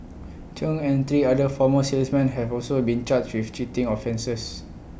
chung and three other former salesmen have also been charged with cheating offences